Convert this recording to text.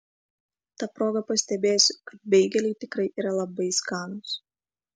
ta proga pastebėsiu kad beigeliai tikrai yra labai skanūs